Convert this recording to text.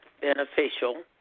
Beneficial